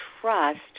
trust